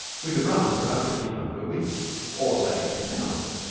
we could run for about fifteen hundred a week or, say, two thousand.